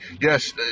yes